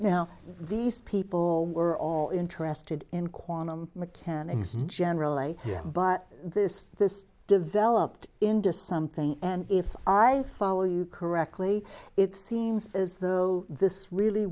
now these people were all interested in quantum mechanics generally but this this developed into something and if i follow you correctly it seems as though this really